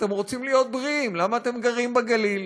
אתם רוצים להיות בריאים, למה אתם גרים בגליל?